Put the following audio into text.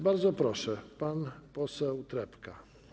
Bardzo proszę, pan poseł Trepka.